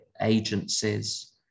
agencies